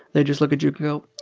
they just look at you, go, oh,